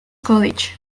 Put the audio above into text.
college